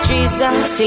Jesus